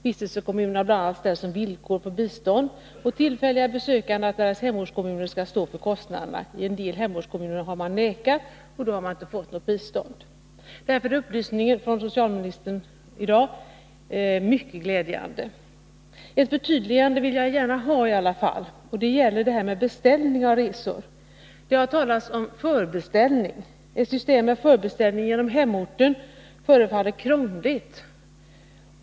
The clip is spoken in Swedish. Vistelsekommunen har bl.a. ställt som villkor för bistånd åt tillfälliga besökande att deras hemortskommun skall stå för kostnaderna. I en del fall har hemortskommunen vägrat, och då har man inte fått något bistånd. Därför är den upplysning som socialministern har lämnat här mycket glädjande. Men ett förtydligande vill jag gärna ha i alla fall. Det gäller beställning av resor. Det har talats om förbeställning. Ett system med förbeställning genom hemorten förefaller krångligt.